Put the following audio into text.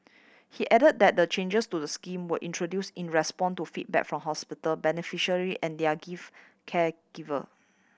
he added that the changes to the scheme were introduced in response to feedback from hospital beneficiary and their give care giver